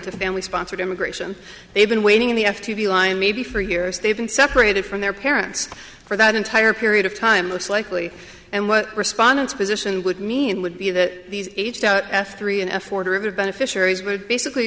to family sponsored immigration they've been waiting in the f t v line maybe for years they've been separated from their parents for that entire period of time most likely and what respondants position would mean would be that these aged out f three f order of beneficiaries would basically